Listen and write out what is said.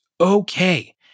okay